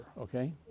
okay